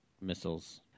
missiles